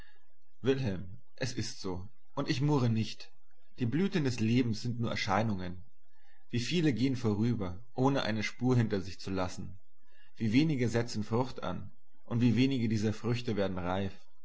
wilhelm es ist so und ich murre nicht die blüten des lebens sind nur erscheinungen wie viele gehn vorüber ohne eine spur hinter sich zu lassen wie wenige setzen frucht an und wie wenige dieser früchte werden reif